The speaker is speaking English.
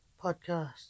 podcast